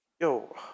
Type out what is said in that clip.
Yo